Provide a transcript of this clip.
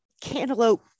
cantaloupe